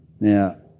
Now